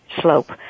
slope